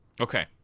Okay